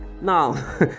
Now